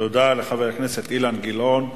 תודה לחבר הכנסת אילן גילאון.